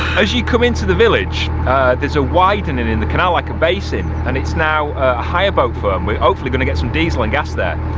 as you come into the village there's a widening in the canal like a basin and it's now a hire boat firm we're hopefully gonna get some diesel and gas there,